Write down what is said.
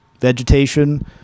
vegetation